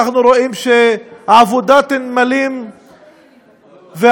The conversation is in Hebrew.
אנחנו רואים שעבודת הנמלים והעבודה